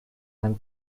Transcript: and